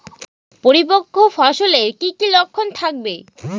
পরিপক্ক ফসলের কি কি লক্ষণ থাকবে?